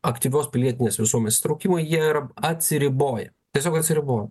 aktyvios pilietinės visuomenės įtraukimo jie atsiriboja tiesiog atsiriboti